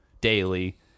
daily